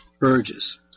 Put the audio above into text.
urges